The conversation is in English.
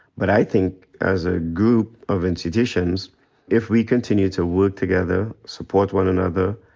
but i think as a group of institutions if we continue to work together, support one another,